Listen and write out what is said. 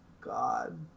God